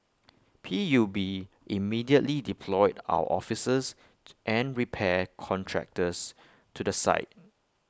P U B immediately deployed our officers and repair contractors to the site